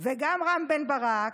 גם רם בן ברק,